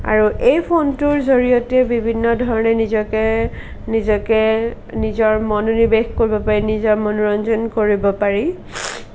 আৰু এই ফোনটোৰ জৰিয়তে বিভিন্ন ধৰণে নিজকে নিজকে নিজৰ মনোনিৱেশ কৰিব পাৰি নিজৰ মনোৰঞ্জন কৰিব পাৰি